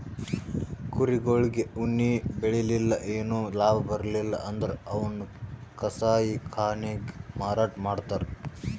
ಕುರಿಗೊಳಿಗ್ ಉಣ್ಣಿ ಬೆಳಿಲಿಲ್ಲ್ ಏನು ಲಾಭ ಬರ್ಲಿಲ್ಲ್ ಅಂದ್ರ ಅವನ್ನ್ ಕಸಾಯಿಖಾನೆಗ್ ಮಾರಾಟ್ ಮಾಡ್ತರ್